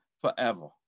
forever